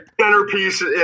centerpiece